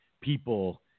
people